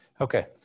Okay